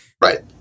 Right